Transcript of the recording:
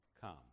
come